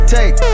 Take